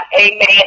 Amen